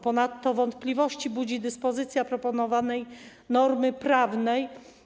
Ponadto wątpliwości budzi dyspozycja proponowanej normy prawnej.